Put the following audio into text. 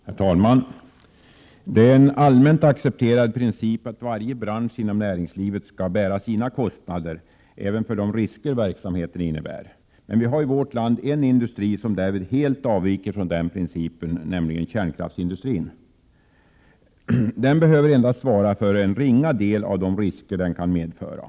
Herr talman! Det är en allmänt accepterad princip att varje bransch inom näringslivet skall bära sina kostnader, även för de risker verksamheten innebär. I vårt land har vi emellertid en industri som helt avviker från denna princip, nämligen kärnkraftsindustrin. Denna behöver endast svara för en ringa del av de risker den kan medföra.